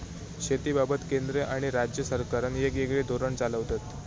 शेतीबाबत केंद्र आणि राज्य सरकारा येगयेगळे धोरण चालवतत